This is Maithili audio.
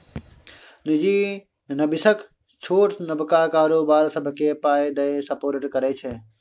निजी निबेशक छोट नबका कारोबार सबकेँ पाइ दए सपोर्ट करै छै